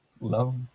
love